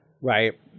Right